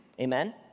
Amen